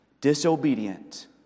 disobedient